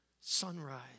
sunrise